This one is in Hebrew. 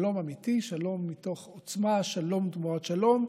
שלום אמיתי, שלום מתוך עוצמה, שלום תמורת שלום,